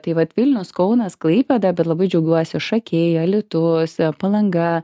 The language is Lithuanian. tai vat vilnius kaunas klaipėda bet labai džiaugiuosi šakiai alytus palanga